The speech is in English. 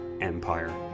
empire